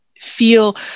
feel